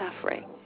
suffering